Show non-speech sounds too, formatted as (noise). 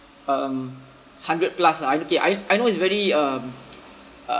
um hundred plus lah okay I I know is very um (noise) uh